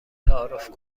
تعارف